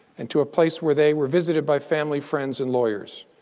and to a place where they were visited by family, friends, and lawyers.